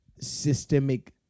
systemic